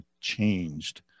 changed